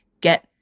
get